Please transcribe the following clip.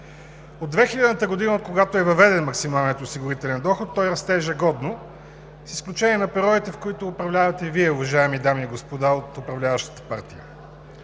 От 2000 г., откогато е въведен максималният осигурителен доход, той расте ежегодно, с изключение на периодите, в които управлявате Вие, уважаеми дами и господа от управляващата партия.